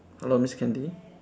hello miss candy